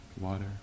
water